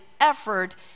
effort